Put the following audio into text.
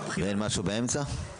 אין משהו באמצע?